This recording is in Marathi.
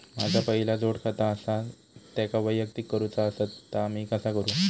माझा पहिला जोडखाता आसा त्याका वैयक्तिक करूचा असा ता मी कसा करू?